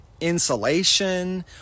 insulation